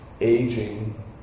Aging